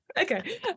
okay